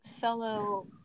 fellow